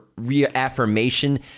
reaffirmation